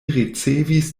ricevis